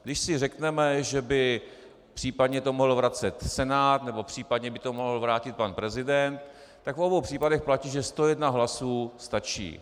Když si řekneme, že by případně to mohl vracet Senát nebo případně by to mohl vrátit pan prezident, tak v obou případech platí, že 101 hlasů stačí.